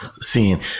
scene